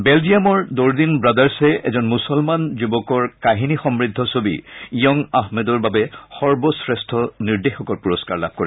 বেলজিয়ামৰ Dardenne ৱাদাৰ্চে এজন মুছলমান যুৱকৰ কাহিনী সমূদ্ধ ছবি ইয়ং আহমেদৰ বাবে সৰ্বশ্ৰেষ্ঠ নিৰ্দেশকৰ পুৰস্কাৰ লাভ কৰে